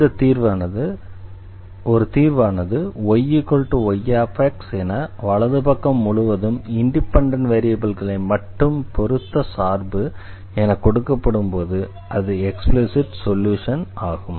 ஒரு தீர்வானது y y என வலது பக்கம் முழுவதும் இண்டிபெண்டண்ட் வேரியபிள்களை மட்டும் பொறுத்த சார்பு என கொடுக்கப்படும்போது அது எக்ஸ்பிளிஸிட் சொல்யூஷன் ஆகும்